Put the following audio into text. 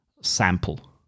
sample